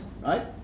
right